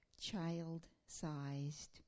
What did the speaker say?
child-sized